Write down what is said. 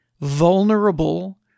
vulnerable